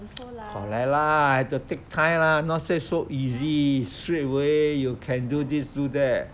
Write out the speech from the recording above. correct lah have to take time lah not say so easy straight away you can do this do that